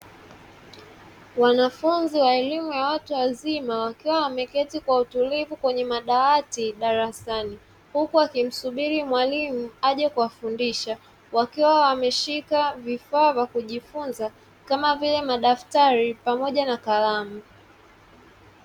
Wanafunzi wa elimu ya watu wazima wakiwa wameketi kwa utulivu kwenye madawati darasani, huku wakimsubiri mwalimu aje kuwafundisha, wakiwa wameshika vifaa vya kujifunza, kama vile; madaftari pamoja na kalamu.